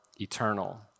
eternal